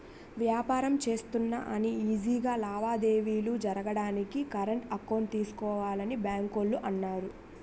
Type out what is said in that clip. వ్యాపారం చేస్తున్నా అని ఈజీ గా లావాదేవీలు జరగడానికి కరెంట్ అకౌంట్ తీసుకోవాలని బాంకోల్లు అన్నారు